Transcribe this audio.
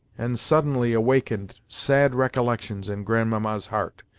and suddenly awakened sad recollections in grandmamma's heart.